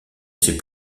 sait